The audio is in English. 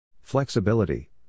Flexibility